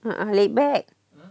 uh uh laid back